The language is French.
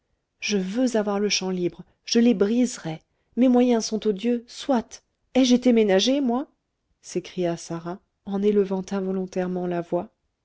je veux avoir le champ libre je les briserai mes moyens sont odieux soit ai-je été ménagée moi s'écria sarah en élevant involontairement la voix